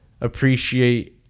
appreciate